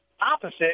opposite